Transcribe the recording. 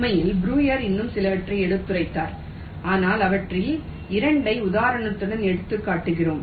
உண்மையில் ப்ரூயர் இன்னும் சிலவற்றை எடுத்துரைத்தார் ஆனால் அவற்றில் 2 ஐ உதாரணத்துடன் எடுத்துக்காட்டுகிறோம்